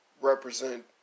represent